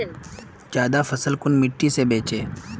ज्यादा फसल कुन मिट्टी से बेचे?